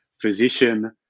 physician